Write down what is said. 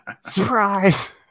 Surprise